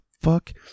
fuck